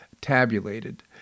tabulated